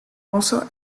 also